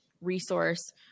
resource